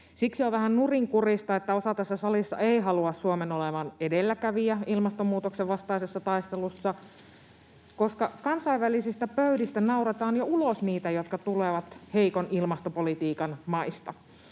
Siksi on vähän nurinkurista, että osa tässä salissa ei halua Suomen olevan edelläkävijä ilmastonmuutoksen vastaisessa taistelussa, koska kansainvälisistä pöydistä nauretaan jo ulos niitä, jotka tulevat heikon ilmastopolitiikan maista.